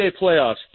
playoffs